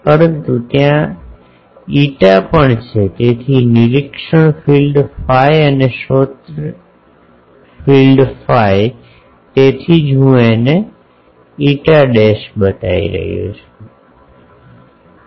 પરંતુ ત્યાં φ પણ છે તેથી નિરીક્ષણ ફીલ્ડ ફાઈ અને સ્રોત ફીલ્ડ ફાઈ તેથી જ હું φ બતાવી રહ્યો છું